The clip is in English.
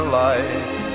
light